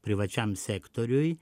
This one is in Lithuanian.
privačiam sektoriui